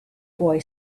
boy